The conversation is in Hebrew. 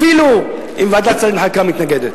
אפילו אם ועדת השרים לחקיקה תתנגד.